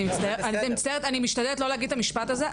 אני מצטערת אני משתדלת לא להגיד את המשפט הזה,